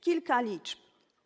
Kilka liczb.